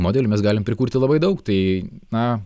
modelių mes galim prikurti labai daug tai na